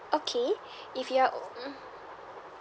okay if you're mm